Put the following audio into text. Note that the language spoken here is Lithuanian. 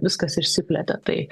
viskas išsiplėtė tai